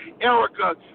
Erica